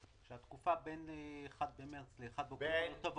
התקופה בין 1 במרץ ל-1 באוקטובר לא תבוא